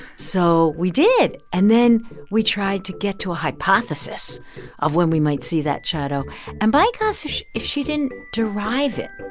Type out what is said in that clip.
so we did. and then we tried to get to a hypothesis of when we might see that shadow and, by gosh, if she didn't derive it